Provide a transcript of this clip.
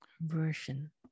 version